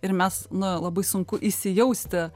ir mes nu labai sunku įsijausti